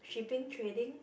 shipping trading